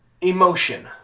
emotion